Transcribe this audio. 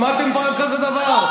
שמעתם פעם כזה דבר?